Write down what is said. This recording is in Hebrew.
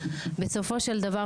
בסופו של דבר,